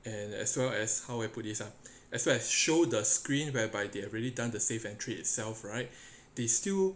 and as well as how I put this ah as well as show the screen whereby they have already done the safe entry itself right they still